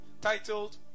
titled